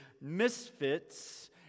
misfits